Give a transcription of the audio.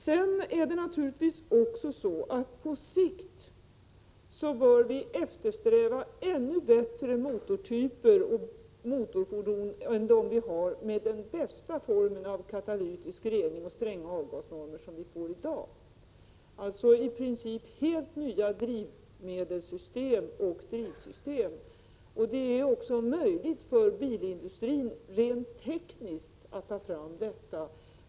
Självfallet bör vi på sikt eftersträva ännu bättre motortyper och motorfordon än dem vi nu har, med den bästa formen av katalytisk rening och samma stränga avgasnormer som vi får. I princip handlar det alltså om helt nya drivmedelssystem och drivsystem. Rent tekniskt är det också möjligt för bilindustrin att ta fram sådana produkter.